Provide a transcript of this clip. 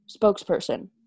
spokesperson